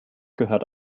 gehört